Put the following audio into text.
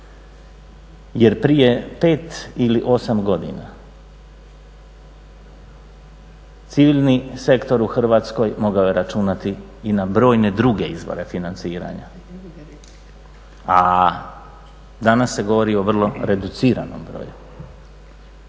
Jer prije 5 ili 8 godina ciljni sektor u Hrvatskoj mogao je računati i na brojne druge izvore financiranja, a danas se govori o vrlo reduciranom broju.